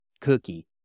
cookie